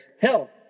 hell